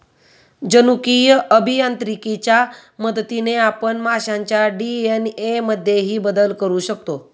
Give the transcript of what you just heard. जनुकीय अभियांत्रिकीच्या मदतीने आपण माशांच्या डी.एन.ए मध्येही बदल करू शकतो